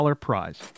prize